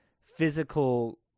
physical